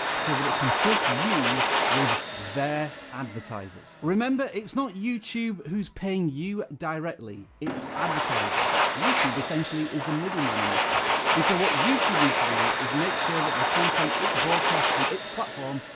so that it can trust you with their advertisers. remember, it's not youtube who's paying you directly, it's advertisers. youtube essentially is a middleman in this case. and so what youtube needs to do, is make sure that the content it broadcasts on its platform,